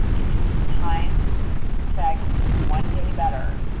if you time sex just one day better,